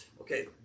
Okay